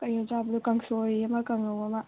ꯀꯩꯅꯣ ꯆꯥꯕꯗꯣ ꯀꯥꯡꯁꯣꯏ ꯑꯃ ꯀꯥꯡꯉꯧ ꯑꯃ